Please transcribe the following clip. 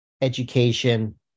education